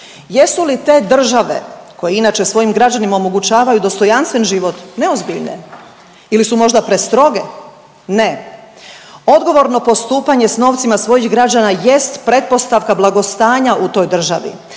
Jesu li te države koje inače svojim građanima omogućavaju dostojanstven život neozbiljne ili su možda prestroge? Ne, odgovorno postupanje s novcima svojih građana jest pretpostavka blagostanja u toj državi